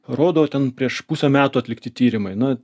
rodo ten prieš pusę metų atlikti tyrimai na